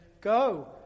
Go